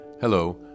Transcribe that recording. Hello